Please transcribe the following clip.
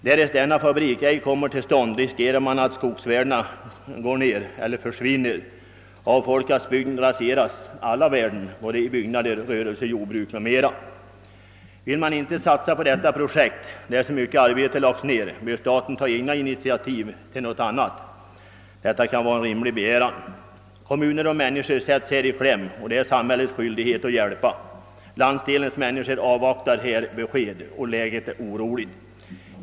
Därest denna fabrik inte kommer till stånd riskerar man att skogsvärdena går ned eller försvinner. Avfolkas bygden raseras alla värden både i byggnader, rörelser, jordbruk etc. Vill man inte satsa på detta projekt, på vilket så mycket arbete lagts ned, bör staten ta egna initiativ till någonting annat — det är en rimlig begäran. Kommuner och människor sätts i kläm och det är samhällets skyldighet att hjälpa. Landsdelens människor avvaktar beskedet, och läget är oroligt.